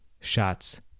shots